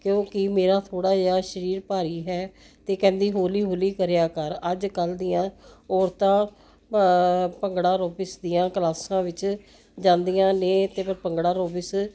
ਕਿਉਂਕਿ ਮੇਰਾ ਥੋੜਾ ਜਿਹਾ ਸਰੀਰ ਭਾਰੀ ਹੈ ਤੇ ਕਹਿੰਦੀ ਹੌਲੀ ਹੌਲੀ ਕਰਿਆ ਕਰ ਅੱਜ ਕੱਲ ਦੀਆਂ ਔਰਤਾਂ ਭੰਗੜਾ ਐਰੋਬਿਕਸ ਦੀਆਂ ਕਲਾਸਾਂ ਵਿੱਚ ਜਾਂਦੀਆਂ ਨੇ ਤੇ ਫਿਰ ਭੰਗੜਾ ਐਰੋਬਿਕਸ